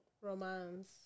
Romance